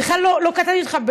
בכלל לא קטעתי אותך,